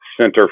center